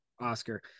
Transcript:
oscar